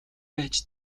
байж